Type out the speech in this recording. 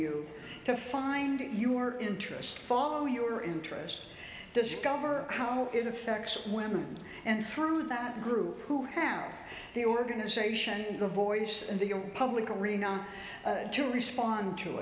you to find your interest follow your interest discover how it affects women and through that group who have the organization and a voice in the public arena to respond to